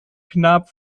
knapp